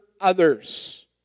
others